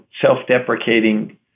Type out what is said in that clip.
self-deprecating